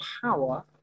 power